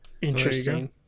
Interesting